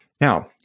Now